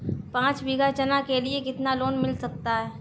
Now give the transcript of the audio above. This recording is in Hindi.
पाँच बीघा चना के लिए कितना लोन मिल सकता है?